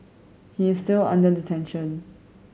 he is still under detention